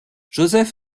joseph